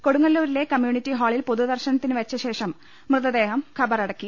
കൊടുങ്ങല്ലൂരിലെ കമ്മ്യൂണിറ്റിഹാളിൽ പൊതുദർശ നത്തിനുവെച്ചശേഷം മൃതദേഹം ഖബറടക്കി